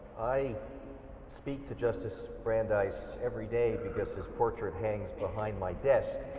i speak to justice brandeis everyday because his portrait hangs behind my desk.